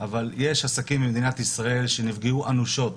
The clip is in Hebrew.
אבל יש עסקים במדינת ישראל שנפגעו אנושות